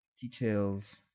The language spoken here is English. details